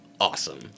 awesome